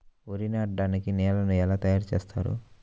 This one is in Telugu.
వరి నాటడానికి నేలను ఎలా తయారు చేస్తారు?